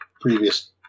previous